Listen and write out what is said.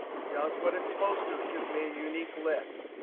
it does what it's supposed to. it gives me a unique list.